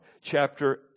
Chapter